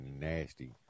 nasty